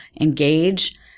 engage